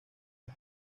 las